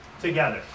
together